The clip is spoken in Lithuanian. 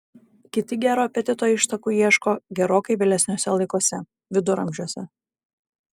kiti gero apetito ištakų ieško gerokai vėlesniuose laikuose viduramžiuose